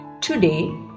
Today